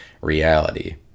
reality